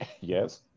yes